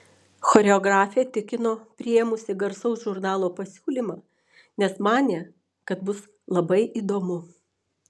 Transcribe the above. choreografė tikino priėmusi garsaus žurnalo pasiūlymą nes manė kad bus labai įdomu